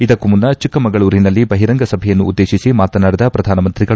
ಇದಕ್ಕೂ ಮುನ್ನ ಚಿಕ್ಕಮಗಳೂರಿನಲ್ಲಿ ಬಹಿರಂಗ ಸಭೆಯನ್ನುದ್ದೇತಿಸಿ ಮಾತನಾಡಿದ ಪ್ರಧಾನ ಮಂತ್ರಿಗಳು